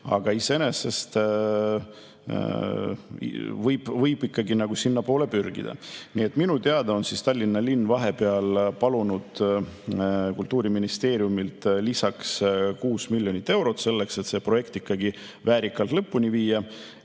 aga iseenesest võib ikkagi sinnapoole pürgida. Nii et minu teada on Tallinna linn vahepeal palunud Kultuuriministeeriumilt lisaks 6 miljonit eurot selleks, et see projekt väärikalt lõpuni viia.